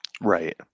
Right